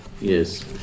Yes